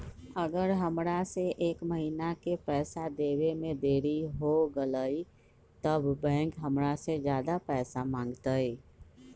अगर हमरा से एक महीना के पैसा देवे में देरी होगलइ तब बैंक हमरा से ज्यादा पैसा मंगतइ?